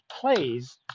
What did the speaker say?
plays